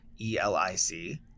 ELIC